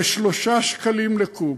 כ-3 שקלים לקוב.